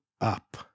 up